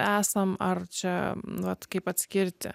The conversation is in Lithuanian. esam ar čia nu vat kaip atskirti